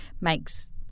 makes